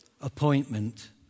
appointment